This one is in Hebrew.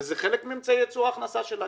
וזה חלק מאמצעי ייצור ההכנסה שלה.